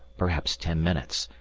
perhaps ten minutes,